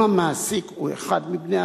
אם המעסיק הוא אחד מבני-הזוג,